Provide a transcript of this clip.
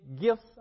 gifts